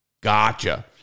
Gotcha